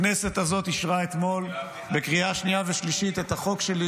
הכנסת הזאת אישרה אתמול בקריאה שנייה ושלישית את החוק שלי,